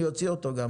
אני גם אוציא אותו,